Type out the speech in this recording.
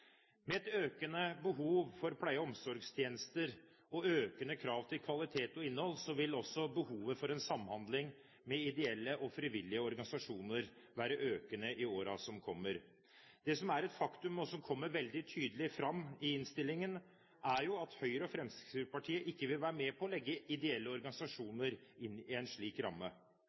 Med et økende behov for pleie- og omsorgstjenester – og økende krav til kvalitet og innhold – vil også behovet for en samhandling med ideelle og frivillige organisasjoner være økende i årene som kommer. Det som er et faktum, og som kommer veldig tydelig fram i innstillingen, er at Høyre og Fremskrittspartiet ikke vil være med på å legge ideelle organisasjoner inn i en slik ramme.